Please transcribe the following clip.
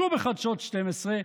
שוב בחדשות 12,